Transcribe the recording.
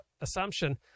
assumption